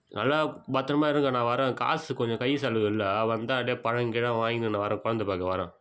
நல்லா பத்திரமா இருங்க நான் வரேன் காசு கொஞ்சம் கை செலவு இல்லை வந்தால் அப்படியே பழங்கிழோம் வாங்கின்னு நான் வரேன் குழந்தைய பார்க்க வரேன்